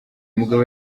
mugabo